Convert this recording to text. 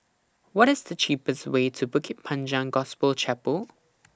What IS The cheapest Way to Bukit Panjang Gospel Chapel